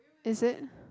is it